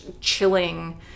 chilling